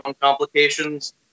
complications